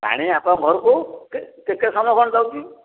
ପାଣି ଆପଣଙ୍କ ଘରକୁ କେତେ ସମୟ କ'ଣ ଦେଉଛି